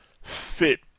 fit